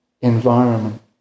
environment